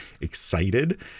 excited